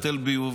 היטל ביוב,